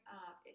up